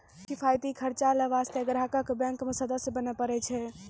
किफायती कर्जा लै बास्ते ग्राहको क बैंक के सदस्य बने परै छै